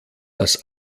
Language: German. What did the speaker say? das